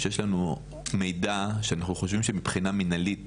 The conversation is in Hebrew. שיש לנו מידע שאנחנו חושבים שמבחינה מנהלית